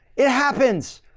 it happens.